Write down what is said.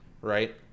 right